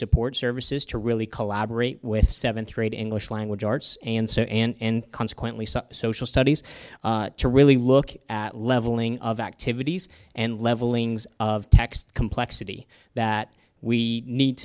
support services to really collaborate with seventh grade english language arts and so and consequently some social studies to really look at leveling of activities and leveling of text complexity that we need